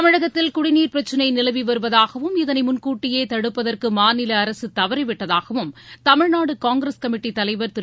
தமிழகத்தில் குடிநீர் பிரச்சினை நிலவி வருவதாகவும் இதனை முன்கூட்டியே தடுப்பதற்கு மாநில அரசு தவறிவிட்டதாகவும் தமிழ்நாடு காங்கிரஸ் கமிட்டி தலைவர் திரு